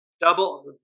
Double